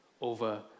over